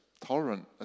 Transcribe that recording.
tolerant